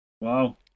Wow